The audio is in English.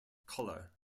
colour